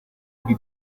ibi